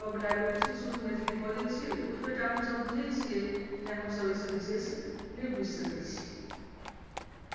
आ मिथिलामे रहऽ वाला लोक छी शुद्ध मैथिली बजै छी ओतबे टा हमसभ बुझै छियै तैँ हमसभ ई विशेष नहि बुझि सकै छी